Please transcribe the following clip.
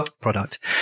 product